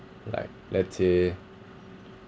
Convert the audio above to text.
like let's say